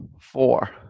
four